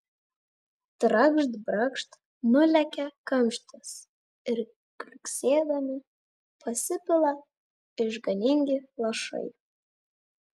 trakšt brakšt nulekia kamštis ir kliuksėdami pasipila išganingi lašai